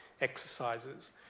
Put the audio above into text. exercises